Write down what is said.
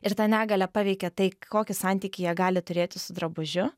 ir ta negalia paveikia tai kokį santykį jie gali turėti su drabužiu